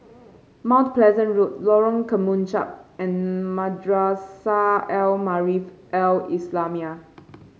Mount Pleasant Road Lorong Kemunchup and Madrasah Al Maarif Al Islamiah